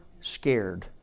Scared